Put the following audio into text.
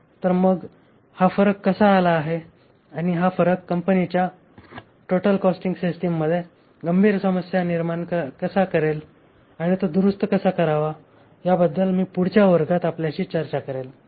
मग हा फरक कसा आला आहे आणि हा फरक कंपनीच्या टोटल कॉस्टिंग सिस्टीममध्ये गंभीर समस्या निर्माण कसा करेल आणि तो दुरुस्त कसा करावा याबद्दल मी पुढच्या वर्गात आपल्याशी चर्चा करीन